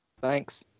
Thanks